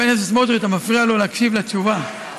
חבר הכנסת סמוטריץ, אתה מפריע לו להקשיב לתשובה.